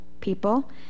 people